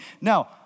Now